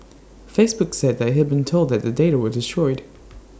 Facebook said IT had been told that the data were destroyed